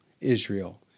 Israel